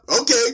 okay